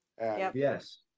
Yes